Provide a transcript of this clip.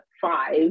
five